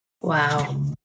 Wow